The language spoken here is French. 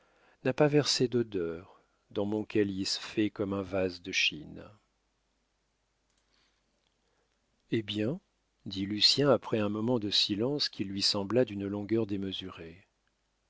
n'a pas versé d'odeur dans mon calice fait comme un vase de chine eh bien dit lucien après un moment de silence qui lui sembla d'une longueur démesurée